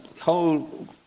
whole